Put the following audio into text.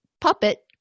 puppet